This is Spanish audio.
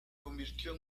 convirtió